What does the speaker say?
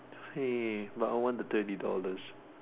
hey but I want the thirty dollars